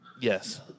Yes